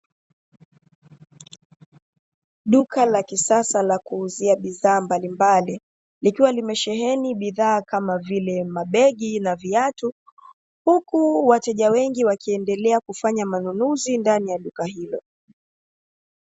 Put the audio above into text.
Duka la kisasa la kuuzia bidhaa mbalimbali, likiwa limesheheni bidhaa kama vile mabegi na viatu, huku wateja wengi wakiendelea kufanya manunuzi ndani ya duka hilo.